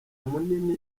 munini